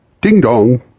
Ding-dong